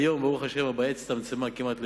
היום, ברוך השם, הבעיה הצטמצמה כמעט למינימום.